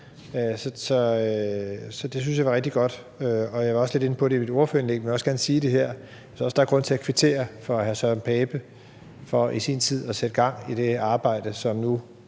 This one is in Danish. Så det synes jeg var rigtig godt. Jeg var lidt inde på det i mit ordførerindlæg, men jeg vil også gerne sige det her, for jeg synes også, der er grund til at kvittere hr. Søren Pape for i sin tid at sætte gang i det arbejde, som nu